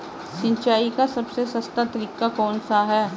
सिंचाई का सबसे सस्ता तरीका कौन सा है?